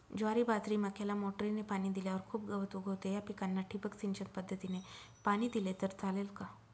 ज्वारी, बाजरी, मक्याला मोटरीने पाणी दिल्यावर खूप गवत उगवते, या पिकांना ठिबक सिंचन पद्धतीने पाणी दिले तर चालेल का?